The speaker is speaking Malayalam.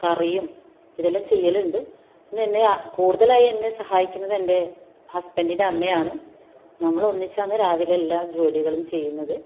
കറിയും ഇതെല്ലാം ചെയ്യലുണ്ട് പിന്നെ എന്നെ കൂടുതലായി എന്നെ സഹായിക്കുന്നത് എൻ്റെ ഹസ്ബൻഡിന്റെ അമ്മയാണ് നമ്മൾ ഒന്നിച്ചാണ് രാവിലെ എല്ലാ ജോലികളും ചെയ്യുന്നത്